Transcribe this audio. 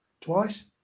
twice